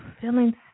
feeling